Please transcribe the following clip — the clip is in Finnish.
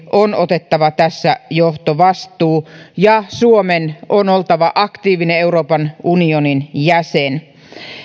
on otettava tässä johtovastuu ja suomen on oltava aktiivinen euroopan unionin jäsen